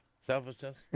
Selfishness